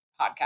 podcast